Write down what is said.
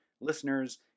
listeners